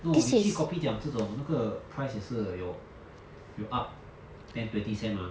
no 你去 kopitiam 这种那个 price 也是有有 up ten twenty cent mah